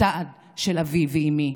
הצד של אבי ואימי.